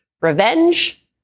Revenge